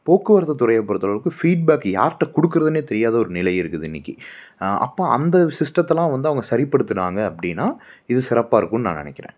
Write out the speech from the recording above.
போக்குவரத்து துறையை பொறுத்த அளவுக்கு ஃபீட்பேக் யாருட்ட கொடுக்குறதுன்னே தெரியாத ஒரு நிலை இருக்குது இன்னைக்கி அப்போ அந்த ஒரு சிஸ்டத்தெல்லாம் வந்து அவங்க சரிப்படுத்தினாங்க அப்படின்னா இது சிறப்பாக இருக்கும்ன்னு நான் நினைக்கிறேன்